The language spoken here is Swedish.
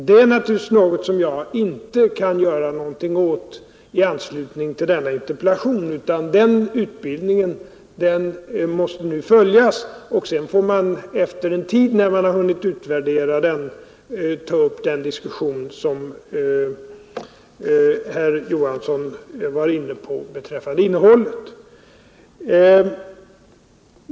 Det är naturligtvis något som jag inte kan göra någonting åt i anslutning till denna interpellation, utan läroplanen måste nu följas. Sedan får man efter en tid, när man har hunnit utvärdera den, ta upp den diskussion beträffande innehållet som herr Johansson i Holmgården var inne på.